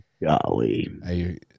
Golly